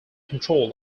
control